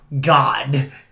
God